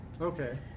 Okay